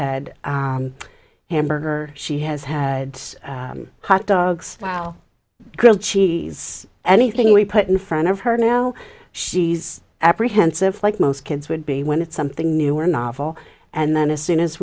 had a hamburger she has had hot dogs while grilled cheese anything we put in front of her now she's apprehensive like most kids would be when it's something new or novel and then as soon as